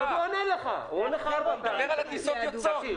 אתה מדבר על הטיסות היוצאות.